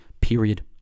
period